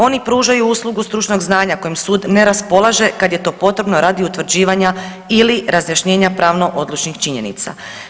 Oni pružaju uslugu stručnog znanja kojom sud ne raspolaže kad je to potrebno radi utvrđivanja ili razjašnjenja pravno odlučnih činjenica.